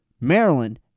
Maryland